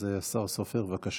אז השר סופר, בבקשה.